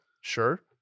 sure